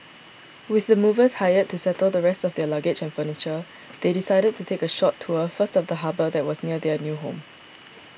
with the movers hired to settle the rest of their luggage and furniture they decided to take a short tour first of the harbour that was near their new home